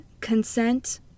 consent